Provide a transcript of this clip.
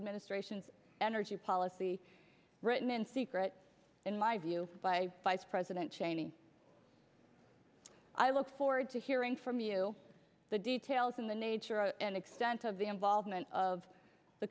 administration's energy policy written in secret in my view by vice president cheney i look forward to hearing from you the details on the nature and extent of the involvement of the